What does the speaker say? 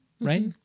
right